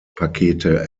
pakete